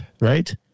right